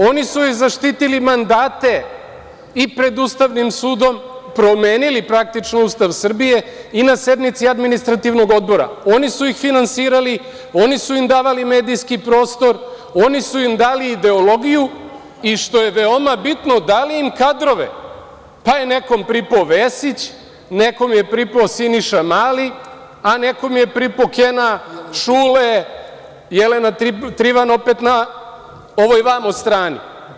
Oni su im zaštitili mandate i pred Ustavnim sudom promenili praktično Ustav Srbije i na sednici Administrativnog odbora, oni su ih finansirali, oni su im davali medijski prostor, oni su im dali ideologiju i što je veoma bitno dali im kadrove, pa je nekom pripao Vesić, nekom je pripao Siniša Mali, a nekome je pripao Kena, Šule, Jelena Trivan opet na ovoj vamo strani.